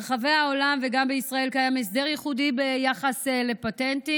ברחבי העולם וגם בישראל קיים הסדר ייחודי ביחס לפטנטים